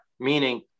Meaning